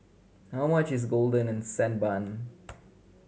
how much is golden and sand bun